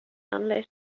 unless